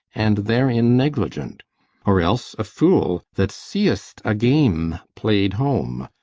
and therein negligent or else a fool that seest a game play'd home,